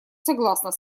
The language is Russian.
согласна